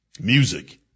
Music